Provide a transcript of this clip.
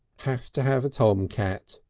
have to have a tomcat,